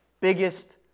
biggest